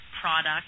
product